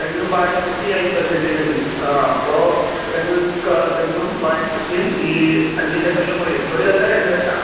തെങ്ങും വാഴക്കൃഷിയും അയിമ്പത് സെന്റിലുണ്ട് ആ അപ്പോൾ തെങ്ങും തെങ്ങും ബാഴക്കൃഷിയും ഈ അഞ്ച് സെക്ടറിൽ പീടികയും ഒരു തട്ടാണോ രണ്ട് തട്ടാണോ